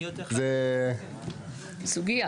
סוגייה.